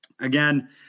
Again